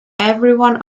everyone